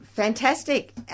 Fantastic